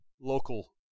local